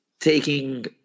taking